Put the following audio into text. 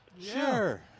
Sure